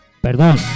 perdón